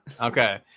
okay